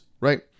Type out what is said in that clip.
right